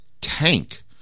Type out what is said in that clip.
tank